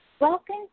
Welcome